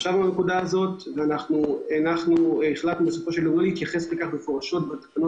אנחנו החלטנו שלא להתייחס לנקודה הזאת מפורשות בתקנות